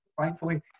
Thankfully